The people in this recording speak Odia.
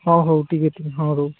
ହଁ ହଉ ଠିକ୍ ଅଛି ହଁ ହଉ